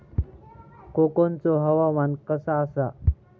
कोकनचो हवामान कसा आसा?